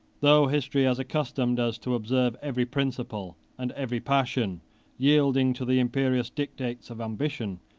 though history has accustomed us to observe every principle and every passion yielding to the imperious dictates of ambition,